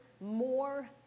more